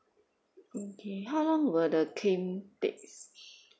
okay how long will the claim takes